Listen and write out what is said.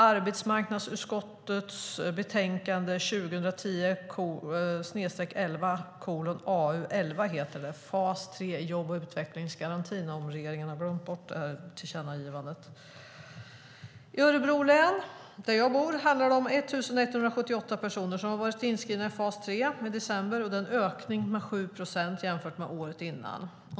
Detta tillkännagivande gjordes i arbetsmarknadsutskottets betänkande 2010/11:AU11, Fas 3 i jobb och utvecklingsgarantin , om regeringen har glömt bort det. I Örebro län, där jag bor, handlade det om 1 178 personer som var inskrivna i fas 3 i december 2012, och det var en ökning med 7 procent jämfört med året innan.